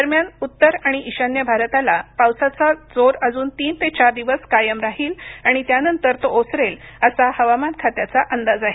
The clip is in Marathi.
दरम्यान उत्तर आणि ईशान्य भारतातला पावसाचा जोर अजून तीन ते चार दिवस कायम राहील आणि त्यानंतर तो ओसरेल असा हवामान खात्याचा अंदाज आहे